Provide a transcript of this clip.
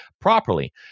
Properly